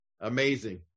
Amazing